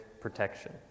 protection